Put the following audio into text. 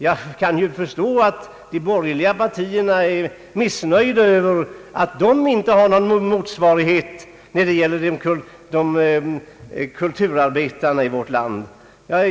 Jag kan förstå att de borgerliga partierna är missnöjda över att de inte har någon motsvarighet när det gäller kulturarbetare i vårt land.